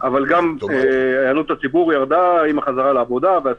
אבל אני שואל: האם נעשות מספיק בדיקות במגזר הכללי או שיכול